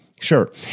Sure